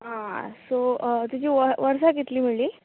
so तुजीं व वर्सां कितली म्हळ्ळी